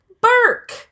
Burke